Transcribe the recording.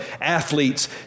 athletes